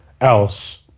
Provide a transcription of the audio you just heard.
else